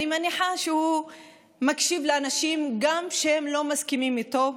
אני מניחה שהוא מקשיב לאנשים גם כשהם לא מסכימים איתו.